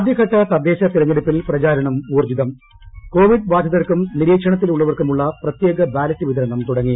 ആദ്യഘട്ട തദ്ദേശ തെരഞ്ഞെട്ടുപ്പിൽ പ്രചാരണം ഊർജ്ജിതം ന് കോവിഡ് ബാധിതർക്കും നിരീക്ഷണത്തിലുള്ളവർക്കുമുള്ള പ്രത്യേക ബാലറ്റ് വിതരണും തുടങ്ങി